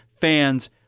fans